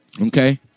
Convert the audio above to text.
Okay